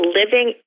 living